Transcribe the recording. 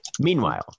Meanwhile